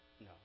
No